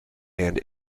hand